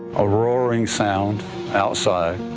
a roaring sound outside,